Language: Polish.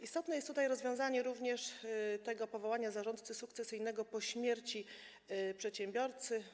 Istotne jest tutaj rozwiązanie również tego powołania zarządcy sukcesyjnego po śmierci przedsiębiorcy.